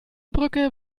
brücke